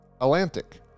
Atlantic